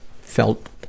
felt